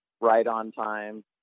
right-on-time